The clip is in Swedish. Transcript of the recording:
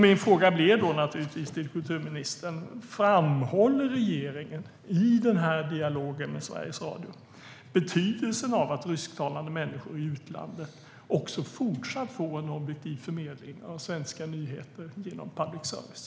Min fråga till kulturministern blir naturligtvis: Framhåller regeringen i dialogen med Sveriges Radio betydelsen av att rysktalande människor i utlandet också fortsatt får en objektiv förmedling av svenska nyheter genom public service?